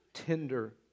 tender